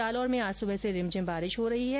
जालौर में आज सुबह से रिमझिम बारिश का दौर जारी है